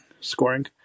Scoring